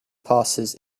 passes